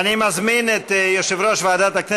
אני ניסיתי לעזור לה,